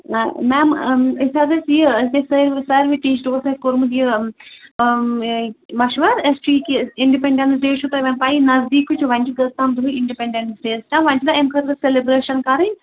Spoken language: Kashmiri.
مےٚ میم أسۍ حظ ٲسۍ یہِ أسۍ ٲسۍ ساروی ٹیٖچرو اوس اَسہِ کوٚرمُت یہِ مشوَر أسۍ چھِ یہِ کہِ اِنڈِپٮ۪نڑَنٕس ڈے چھُو تۄہہٕ پَیی نَزدیٖکی چھُ وۄںۍ چھِ کٔژتانی دۄہ اِنڈِپٮ۪نڑَنس ڈے یَس تہٕ وۄنۍ چھِ نا اَمہِ خٲطرٕ سیلِبریشن کَرٕنۍ